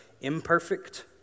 imperfect